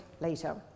later